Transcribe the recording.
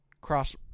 cross